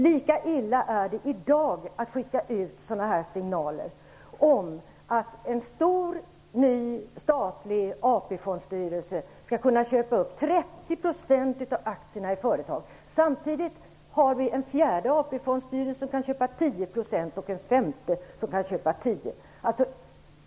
Lika illa är det i dag att skicka ut signaler om att en ny stor statlig AP-fondstyrelse skall kunna köpa upp 30 % av aktierna i ett företag. Samtidigt har vi en fjärde AP-fondstyrelse som kan köpa 10 % och en femte som kan köpa 10.